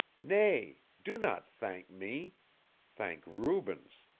nay, do not thank me thank rubens.